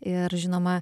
ir žinoma